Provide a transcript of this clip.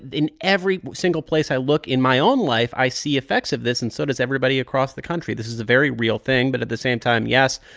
in every single place i look in my own life, i see effects of and so does everybody across the country. this is a very real thing. but at the same time, yes,